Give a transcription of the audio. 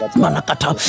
manakata